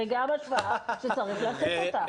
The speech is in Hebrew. זה גם השוואה שצריך לעשות אותה.